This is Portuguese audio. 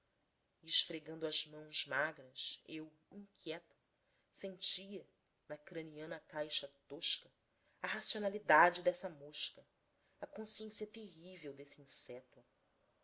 esfregando as mãos magras eu inquieto sentia na craniana caixa tosca a racionalidade dessa mosca a consciência terrível desse inseto